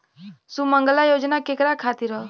सुमँगला योजना केकरा खातिर ह?